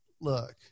Look